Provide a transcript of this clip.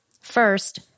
First